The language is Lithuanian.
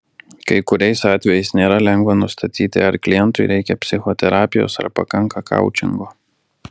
kai kuriais atvejais nėra lengva nustatyti ar klientui reikia psichoterapijos ar pakanka koučingo